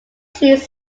trees